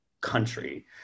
country